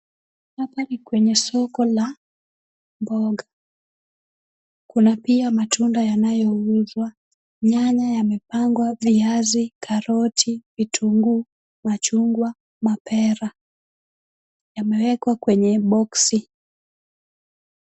Hapa ni kwenye soko la mboga. Kuna pia matunda yanayouzwa. Nyanya yamepangwa, viazi, karoti, vitunguu, machungwa, mapera yamewekwa kwenye boxi.